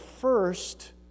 first